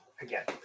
again